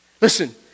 Listen